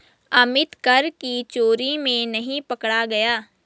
अमित कर की चोरी में नहीं पकड़ा गया